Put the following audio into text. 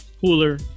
cooler